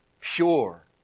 pure